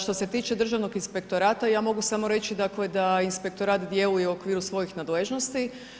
Što se tiče Državnog inspektorata, ja mogu samo reći dakle da inspektorat djeluje u okviru svojih nadležnosti.